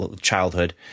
childhood